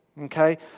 Okay